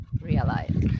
realize